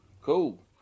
Cool